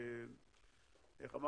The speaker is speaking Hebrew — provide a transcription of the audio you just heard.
איך אמר